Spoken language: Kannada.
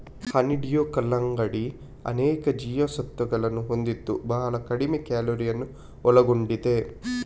ಹನಿಡ್ಯೂ ಕಲ್ಲಂಗಡಿ ಅನೇಕ ಜೀವಸತ್ವಗಳನ್ನು ಹೊಂದಿದ್ದು ಬಹಳ ಕಡಿಮೆ ಕ್ಯಾಲೋರಿಯನ್ನು ಒಳಗೊಂಡಿದೆ